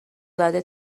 زده